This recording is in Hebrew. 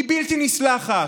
היא בלתי נסלחת,